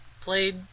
played